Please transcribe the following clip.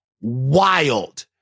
Wild